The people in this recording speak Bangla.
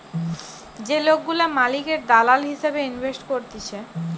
যে লোকগুলা মালিকের দালাল হিসেবে ইনভেস্ট করতিছে